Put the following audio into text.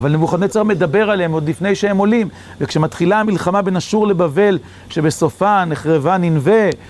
אבל נבוכדנצר מדבר עליהם עוד לפני שהם עולים וכשמתחילה המלחמה בין אשור לבבל שבסופה נחרבה ננבה